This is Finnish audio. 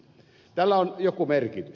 tällä on joku merkitys